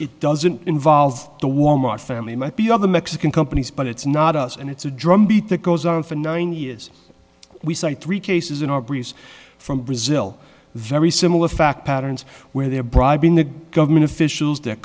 it doesn't involve the wal mart family might be on the mexican companies but it's not us and it's a drumbeat that goes on for nine years we started three cases in our breeze from brazil very similar fact patterns where there bribing the government officials the